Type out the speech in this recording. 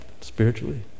spiritually